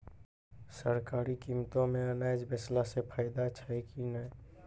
सरकारी कीमतों मे अनाज बेचला से फायदा छै कि नैय?